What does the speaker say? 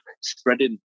spreading